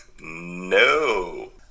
no